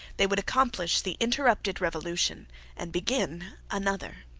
they would accomplish the interrupted revolution and begin another.